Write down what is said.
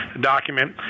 document